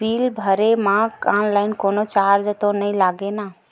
Bill भरे मा online कोनो चार्ज तो नई लागे ना?